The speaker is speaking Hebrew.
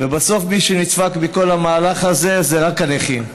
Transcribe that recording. ובסוף מי שנדפק מכל המהלך הזה זה רק הנכים.